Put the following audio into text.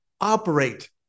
operate